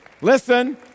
listen